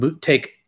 take